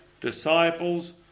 Disciples